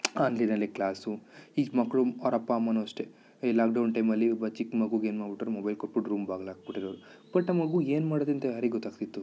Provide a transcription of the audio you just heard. ಆನ್ಲೈನಲ್ಲೆ class ಈಗ ಮಕ್ಳು ಅವ್ರ ಅಪ್ಪ ಅಮ್ಮನೂ ಅಷ್ಟೇ ಈ ಲಾಕ್ ಡೌನ್ ಟೈಮಲ್ಲಿ ಒಬ್ಬ ಚಿಕ್ಕ ಮಗುಗೆ ಏನು ಮಾಡಿಬಿಟ್ರು ಮೊಬೈಲ್ ಕೊಟ್ಬಿಟ್ಟು ರೂಮ್ ಬಾಗಿಲಾಕಿ ಬಿಟ್ಟಿರೋರು ಬಟ್ ಆ ಮಗು ಏನು ಮಾಡುತ್ತೆ ಅಂತ ಯಾರಿಗೆ ಗೊತಾಗ್ತಿತ್ತು